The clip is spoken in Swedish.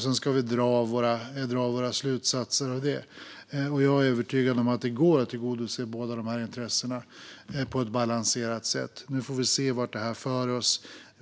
Sedan ska vi dra våra slutsatser av det. Jag är övertygad om att det går att tillgodose båda dessa intressen på ett balanserat sätt. Nu får vi se vart detta för oss.